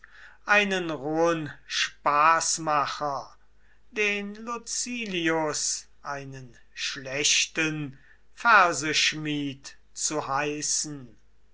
einen rohen spaßmacher den lucilius einen schlechten verseschmied zu heißen